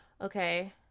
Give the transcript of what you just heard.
Okay